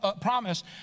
promise